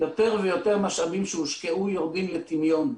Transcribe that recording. יותר ויותר משאבים שהושקעו יורדים לטמיון.